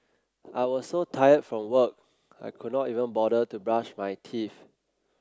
I was so tired from work I could not even bother to brush my teeth